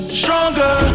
stronger